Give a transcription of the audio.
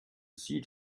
see